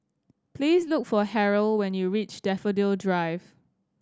please look for Harrell when you reach Daffodil Drive